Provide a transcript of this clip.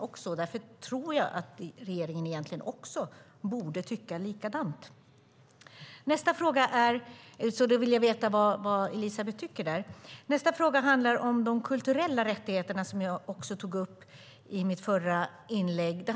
Jag anser att regeringen borde hålla med om det. Därför vill jag veta vad Elisabeth tycker om det. Nästa fråga handlar om de kulturella rättigheterna, som jag också tog upp i mitt förra inlägg.